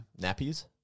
nappies